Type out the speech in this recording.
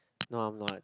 no I'm not